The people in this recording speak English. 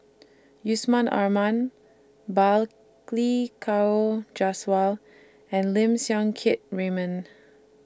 Yusman Aman Balli Kaur Jaswal and Lim Siang Keat Raymond